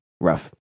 Rough